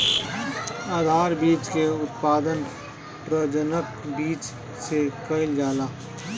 आधार बीज के उत्पादन प्रजनक बीज से कईल जाला